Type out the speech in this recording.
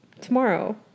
tomorrow